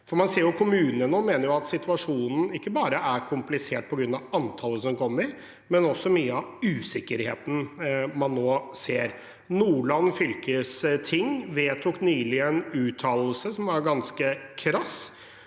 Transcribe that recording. Man ser at kommunene nå mener situasjonen er komplisert ikke bare på grunn av antallet som kommer, men mye på grunn av usikkerheten man nå ser. Nordland fylkesting vedtok nylig en uttalelse som var ganske krass.